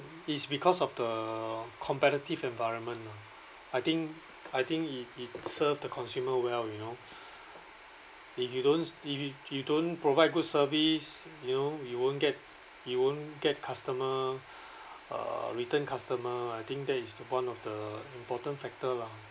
it's because of the competitive environment lah I think I think it it served the consumer well you know if you don't if you you don't provide good service you know you won't get you won't get customer uh return customer I think that is one of the important factor lah